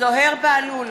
זוהיר בהלול,